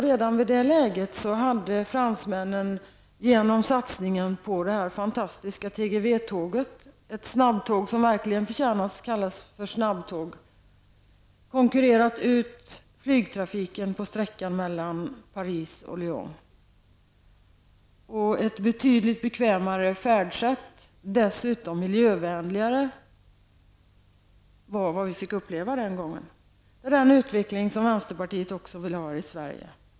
Redan då hade fransmännen genom sin satsning på det fantastiska TGV-tåget -- ett snabbtåg som verkligen förtjänar att kallas snabbtåg -- Lyon. Det här färdsättet är betydligt bekvämare än andra, och dessutom miljövänligare. Det var vad vi upplevde på den aktuella resan. Samma utveckling önskar vi i vänsterpartiet att vi kunde ha här i Sverige.